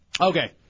Okay